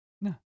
No